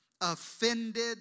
offended